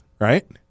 right